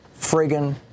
friggin